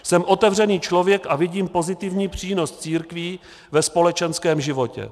Jsem otevřený člověk a vidím pozitivní přínos církví ve společenském životě.